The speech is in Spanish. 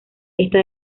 está